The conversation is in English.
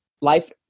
life